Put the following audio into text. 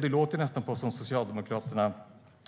Det låter nästan på Socialdemokraterna